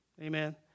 Amen